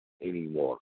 anymore